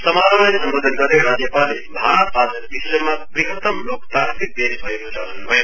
समारोहलाई सम्वोधन गर्दै राज्यपालले भारत आज विश्वमा वृहतम लोकतान्त्रिक देश भएको छ भन्न भयो